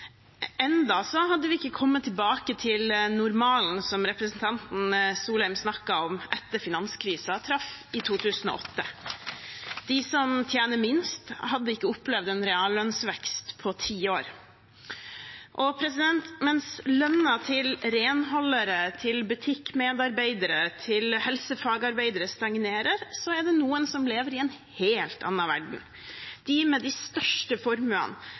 hadde vi ikke kommet tilbake til normalen, som representanten Wang Soleim snakket om, etter at finanskrisen traff i 2008. De som tjener minst, hadde ikke opplevd en reallønnsvekst på ti år. Mens lønnen til renholdere, til butikkmedarbeidere og til helsefagarbeidere stagnerer, er det noen som lever i en helt annen verden. De med de største formuene